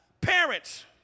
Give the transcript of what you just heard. Parents